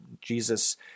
Jesus